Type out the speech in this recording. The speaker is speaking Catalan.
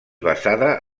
basada